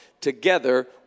together